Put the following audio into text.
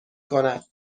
کند